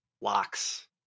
locks